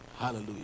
Hallelujah